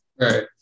right